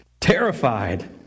Terrified